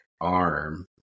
arm